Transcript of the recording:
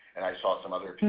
saw some other